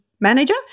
manager